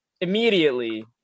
immediately